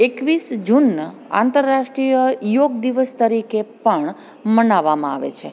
એકવીસ જૂનના આંતરરાષ્ટ્રીય યોગ દિવસ તરીકે પણ મનાવવામાં આવે છે